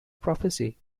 prophecy